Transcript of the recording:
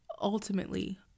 ultimately